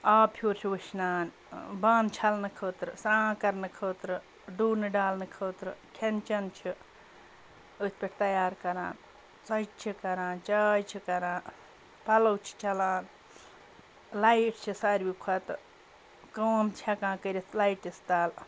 آب پھوٚر چھِ وُشنان بانہٕ چھَلنہٕ خٲطرٕ سرٛان کَرنہٕ خٲطرٕ ڈوٗنہٕ ڈالنہٕ خٲطرٕ کھٮ۪ن چٮ۪ن چھِ أتھۍ پٮ۪ٹھ تیار کَران ژۄچہِ چھِ کَران چاے چھِ کَران پَلو چھِ چَلان لایِٹ چھِ ساروی کھۄتہٕ کٲم چھِ ہٮ۪کان کٔرِتھ لایٹِس تَل